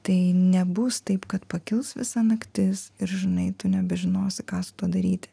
tai nebus taip kad pakils visa naktis ir žinai tu nebežinosi ką su tuo daryti